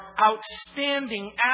outstanding